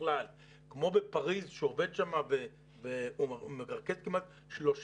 משוכלל כמו בפריז שם הוא עובד ומרכז כמעט 30